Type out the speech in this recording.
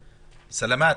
סאלאמת.